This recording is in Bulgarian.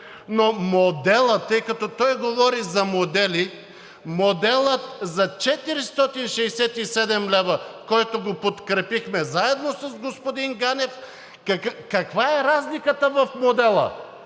но моделът, тъй като той говори за модели, моделът за 467 лв., който го подкрепихме заедно с господин Ганев – каква е разликата в модела?